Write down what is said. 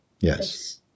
Yes